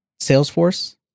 Salesforce